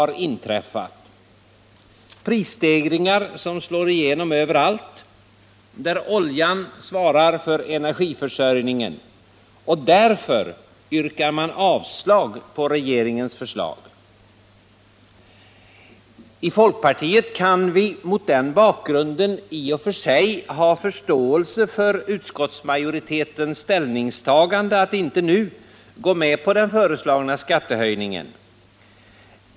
Prisstegringarna slår igenom överallt där oljan svarat för energiförsörjningen, och därför yrkar man avslag på regeringens förslag. I folkpartiet kan vi mot den bakgrunden i och för sig ha förståelse för utskottsmajoritetens ställningstagande —att inte nu gå med på den föreslagna skattehöjningen.